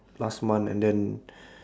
last month and then